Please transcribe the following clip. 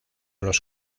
los